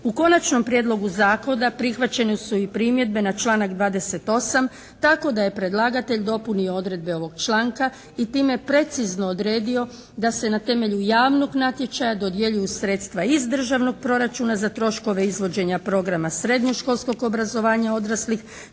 U Konačnom prijedlogu zakona prihvaćene su i primjedbe na članak 28. tako da je predlagatelj dopunio odredbe ovog članka i time precizno odredio da se na temelju javnog natječaja dodjeljuju sredstva iz državnog proračuna za troškove izvođenja programa srednješkolskog obrazovanja odraslih